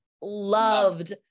loved